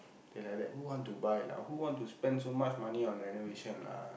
okay like that who want to buy lah who want to spend so much money on renovation lah